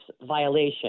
violation